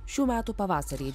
šių metų pavasarį